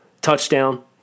Touchdown